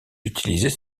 utiliser